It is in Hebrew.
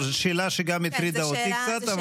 חברותיי וחבריי חברי הכנסת.